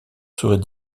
serait